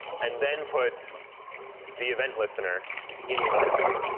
and then put the event listener inside of that.